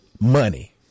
money